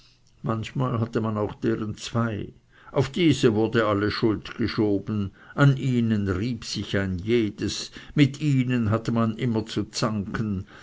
manchmal hatte man deren auch zwei auf diese wurde alle schuld geschoben an ihnen rieb sich ein jedes mit ihnen hatte man immer zu zanken